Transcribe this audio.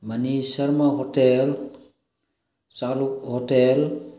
money ꯁꯔꯃ hotel ꯆꯥꯔꯨꯛ hotel